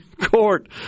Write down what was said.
court